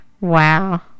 Wow